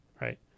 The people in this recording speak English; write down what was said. right